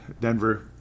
Denver